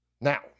Now